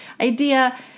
idea